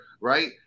right